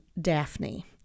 Daphne